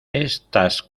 estas